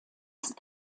ist